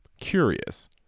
curious